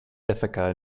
ithaca